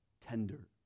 tender